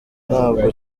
ntabwo